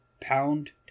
Pound